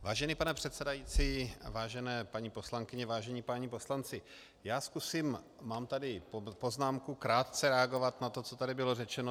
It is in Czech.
Vážený pane předsedající, vážené paní poslankyně, vážení páni poslanci, mám tady poznámku, zkusím krátce reagovat na to, co tady bylo řečeno.